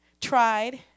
tried